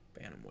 Bantamweight